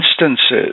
instances